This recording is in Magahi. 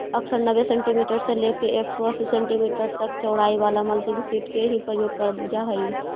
अक्सर नब्बे सेंटीमीटर से लेके एक सौ अस्सी सेंटीमीटर तक चौड़ाई वाला मल्चिंग सीट के ही प्रयोग कैल जा हई